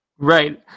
Right